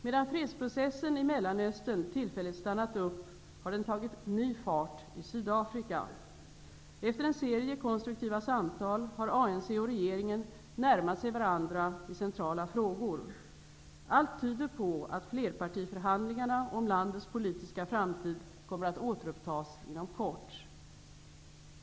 Medan fredsprocessen i Mellanöstern tillfälligt stannat upp har den tagit ny fart i Sydafrika. Efter en serie konstruktiva samtal har ANC och regeringen närmat sig varandra i centrala frågor. Allt tyder på att flerpartiförhandlingarna om landets politiska framtid kommer att återupptas inom kort.